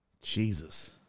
Jesus